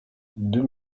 deux